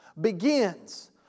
begins